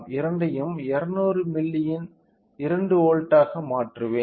இரண்டையும் 200 மில்லியன் 2 வோல்ட்டாக மாற்றுவேன்